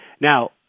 Now